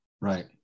right